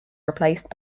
replaced